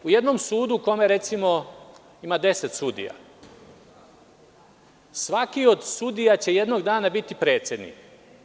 U jednom sudu u kome, recimo, ima 10 sudija, svaki od sudija će jednog dana biti predsednik.